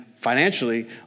financially